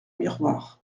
miroir